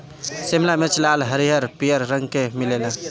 शिमला मिर्च लाल, हरिहर, पियर रंग के मिलेला